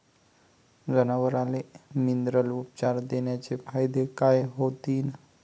जनावराले मिनरल उपचार देण्याचे फायदे काय होतीन?